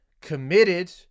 committed